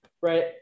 right